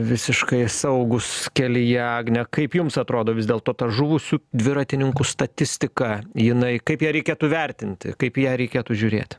visiškai saugūs kelyje agne kaip jums atrodo vis dėlto ta žuvusių dviratininkų statistika jinai kaip ją reikėtų vertinti kaip į ją reikėtų žiūrėti